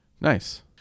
Nice